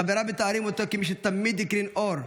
חבריו מתארים אותו כמי שתמיד הקרין אור,